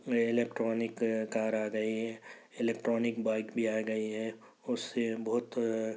electronic car آ گئی electronic bike بھی آ گئی ہے اس سے بہت